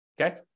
okay